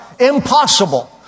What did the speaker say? Impossible